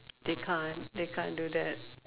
they can't they can't do that